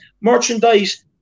merchandise